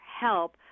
help